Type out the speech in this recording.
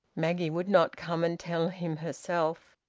maggie would not come and tell him herself.